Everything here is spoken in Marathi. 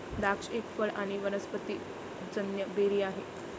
द्राक्ष एक फळ आणी वनस्पतिजन्य बेरी आहे